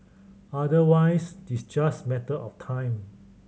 otherwise it's just matter of time